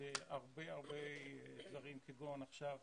בהרבה דברים כגון עכשיו